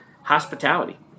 hospitality